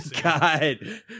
god